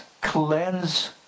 cleanse